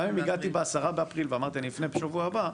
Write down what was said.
גם אם הגעתי ב-10 באפריל ואמרתי שאני אפנה בשבוע הבא.